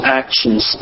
actions